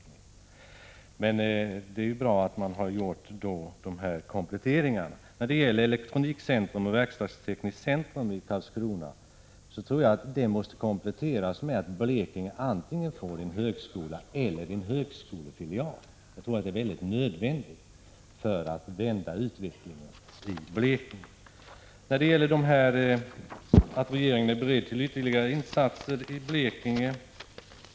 Å andra sidan har regeringen gjort de kompletterande satsningar som nämndes, och det är bra. Jag tror att satsningen på Elektronikcentrum i Svängsta och Verkstadstekniskt centrum i Karlskrona måste kompletteras med att Blekinge får antingen en högskola eller en högskolefilial. Det är enligt min uppfattning nödvändigt för att vända utvecklingen i Blekinge. Industriministern sade att regeringen är beredd till ytterligare satsningar i Blekinge.